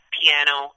piano